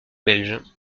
belge